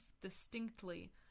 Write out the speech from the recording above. distinctly